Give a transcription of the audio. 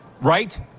right